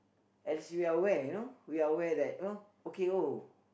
as we are aware you know we are aware that know okay oh